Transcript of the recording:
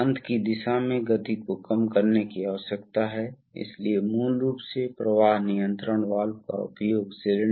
अब दूसरे मोड्स में क्या हुआ तो चलिए हम दूसरे मोड्स पर जाते हैं